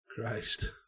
Christ